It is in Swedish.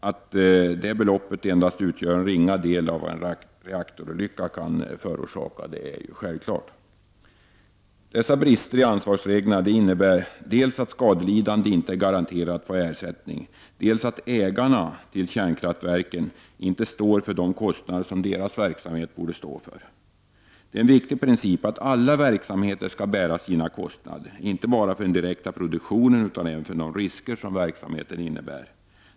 Att även detta belopp utgör endast en ringa del av vad en reaktorolycka kan förorsaka är självklart. Dessa brister i ansvarsreglerna innebär dels att skadelidande inte är garanterade att få ersättning, dels att ägarna till kärnkraftsverken inte står för de kostnader som deras verksamhet borde stå för. Det är en viktig princip att all verksamhet skall bära sina kostnader, inte bara för den direkta produktionen utan även för de risker som verksamheten kan innebära.